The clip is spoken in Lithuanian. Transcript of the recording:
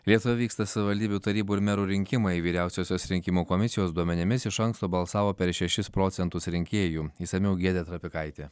lietuvoje vyksta savivaldybių tarybų ir merų rinkimai vyriausiosios rinkimų komisijos duomenimis iš anksto balsavo per šešis procentus rinkėjų išsamiau giedrė trapikaitė